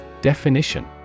Definition